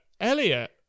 Elliot